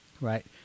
right